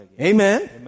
Amen